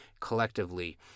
collectively